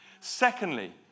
Secondly